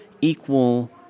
equal